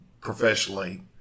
professionally